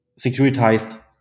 securitized